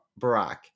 Barack